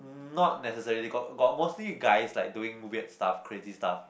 um not necessary they got got mostly guys like doing weird stuff crazy stuff